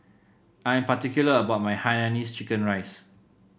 I'm particular about my Hainanese Chicken Rice